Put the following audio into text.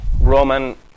Roman